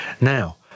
Now